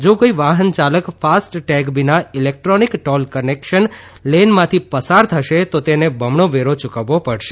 જો કોઇ વાહન ચાલક ફાસ્ટ ટેગ વિના ઇલેક્ટ્રોનિક ટોલ કલેકશન લેનમાંથી પસાર થશે તો તેને બમણો વેરો ચૂકવવો પડશે